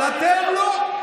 אבל אתם לא.